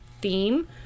theme